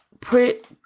put